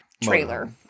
trailer